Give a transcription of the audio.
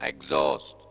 Exhaust